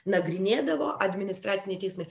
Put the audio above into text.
nagrinėdavo administraciniai teismai